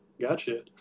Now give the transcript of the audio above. Gotcha